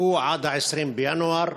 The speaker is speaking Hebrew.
חכו עד 20 בינואר.